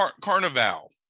Carnival